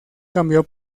cambió